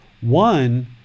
One